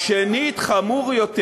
תחת ההוראה